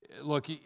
Look